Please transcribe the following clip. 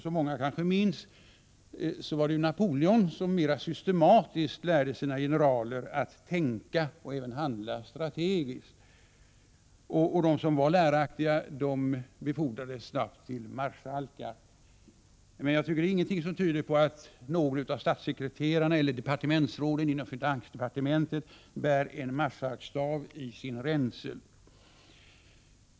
Som många kanske minns var Napoleon den som mera systematiskt lärde sina generaler att tänka och även handla strategiskt. De som var läraktiga befordrades snabbt till marskalkar. Jag tycker inte att någonting tyder på att någon av statssekreterarna eller departementsråden inom finansdepartementet bär en marskalkstav i sin ränsel.